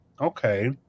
okay